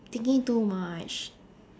thinking too much